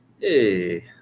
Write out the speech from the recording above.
Hey